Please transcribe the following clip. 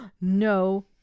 No